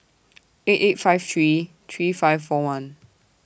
eight eight five three three five four one